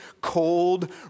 cold